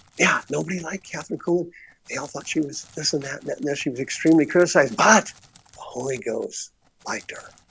yeah, nobody like catholic who they all thought she was this and that and that and there she was extremely criticized but holy ghost liked her